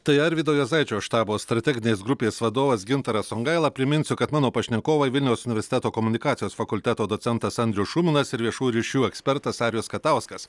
tai arvydo juozaičio štabo strateginės grupės vadovas gintaras songaila priminsiu kad mano pašnekovai vilniaus universiteto komunikacijos fakulteto docentas andrius šuminas ir viešųjų ryšių ekspertas arijus katauskas